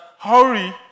hurry